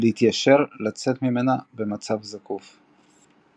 להתיישר ולצאת ממנה במצב זקוף.